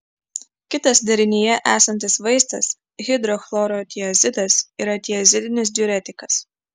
kitas derinyje esantis vaistas hidrochlorotiazidas yra tiazidinis diuretikas